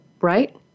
right